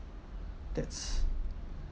that's